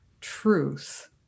truth